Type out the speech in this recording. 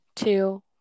two